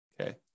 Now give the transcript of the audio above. okay